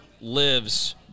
lives